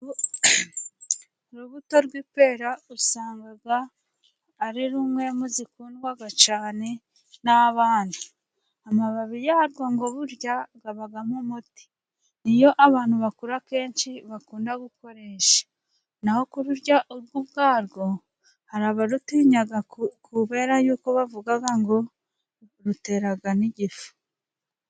Urubuto rw'ipera usanga ari rumwe muzikundwa cyane n'abana, amababi yarwo ngo burya abamo umuti, niyo abantu bakura akenshi bakunda gukoresha, naho ku ururya rwo ubwarwo hari abarutinya kubera yuko bavuga ngo rutera n'igifu.